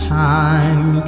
time